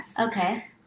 Okay